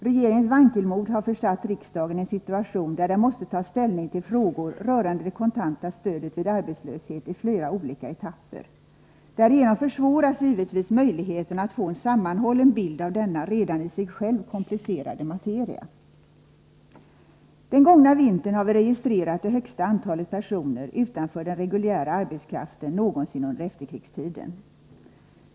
Regeringens vankelmod har försatt riksdagen i en situation där den måste ta ställning till frågor rörande det kontanta stödet vid arbetslöshet i flera olika etapper. Därigenom försvåras givetvis möjligheterna att få en sammanhållen bild av denna redan i sig själv komplicerade materia. Den gångna vintern har vi registrerat det högsta antalet personer utanför den reguljära arbetskraften någonsin under efterkrigstiden.